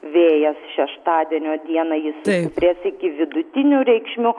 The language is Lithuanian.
vėjas šeštadienio dieną jis stiprės iki vidutinių reikšmių